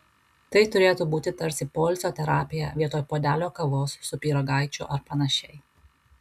tai turėtų būti tarsi poilsio terapija vietoj puodelio kavos su pyragaičiu ar panašiai